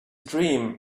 dream